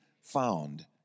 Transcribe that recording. found